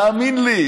תאמין לי,